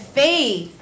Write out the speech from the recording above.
faith